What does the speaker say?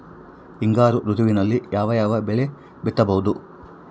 ಹಿಂಗಾರು ಋತುವಿನಲ್ಲಿ ಯಾವ ಯಾವ ಬೆಳೆ ಬಿತ್ತಬಹುದು?